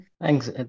Thanks